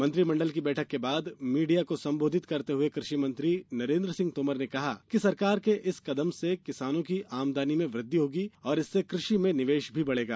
मंत्रिमंडल की बैठक के बाद मीडिया को संबोधित करते हुए कृषि मंत्री नरेंद्र सिंह तोमर ने कहा कि सरकार के इस कदम से किसानों की आमदनी में वृद्धि होगी और इससे कृ षि में निवेश भी बढ़ेगा